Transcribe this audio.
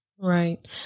Right